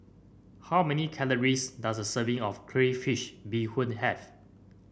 how many calories does a serving of Crayfish Beehoon have